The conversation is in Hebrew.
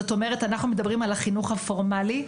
זאת אומרת בעיקר על החינוך הפורמלי.